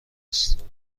است